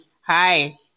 Hi